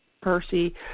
Percy